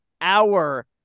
hour